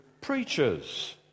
preachers